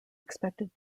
expected